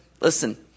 listen